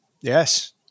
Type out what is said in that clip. Yes